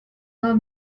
were